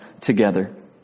together